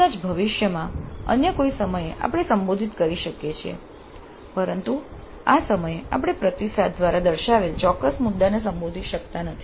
કદાચ ભવિષ્યમાં અન્ય કોઈ સમયે આપણે સંબોધિત કરી શકીએ છીએ પરંતુ આ સમયે આપણે પ્રતિસાદ દ્વારા દર્શાવેલ ચોક્કસ મુદ્દાને સંબોધી શકતા નથી